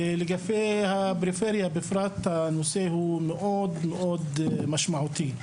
ולגבי הפריפריה בפרט הנושא הוא משמעותי מאוד.